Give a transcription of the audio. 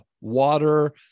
water